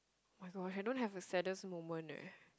my god I don't have a saddest moment leh